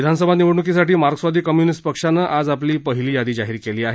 विधानसभा निवडण्कीसाठी मार्क्सवादी कम्य्निस्ट पक्षानं आज आपली पहिली यादी जाहीर केली आहे